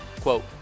quote